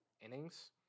innings